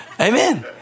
Amen